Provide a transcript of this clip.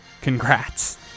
congrats